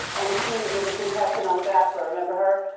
and she was a contestant on the bachelor. remember her?